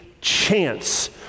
chance